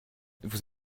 vous